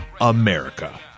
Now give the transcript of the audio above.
America